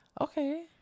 Okay